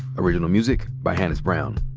original music by hannis brown.